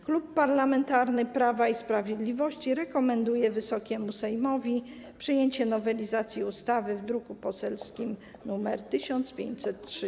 Klub Parlamentarny Prawa i Sprawiedliwości rekomenduje Wysokiemu Sejmowi przyjęcie nowelizacji ustawy w druku poselskim nr 1503.